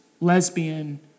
lesbian